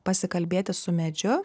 pasikalbėti su medžiu